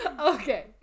okay